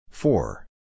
Four